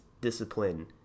discipline